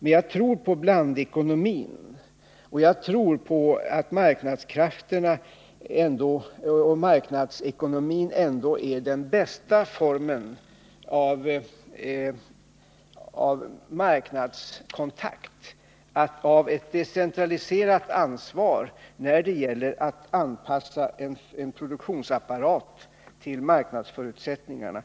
Men jag tror på blandekonomin, och jag tror att marknadskrafterna och marknadsekonomin är den bästa formen av marknadskontakt. Jag tror också på ett decentraliserat ansvar när det gäller att anpassa en produktionsapparat till marknadsförutsättningarna.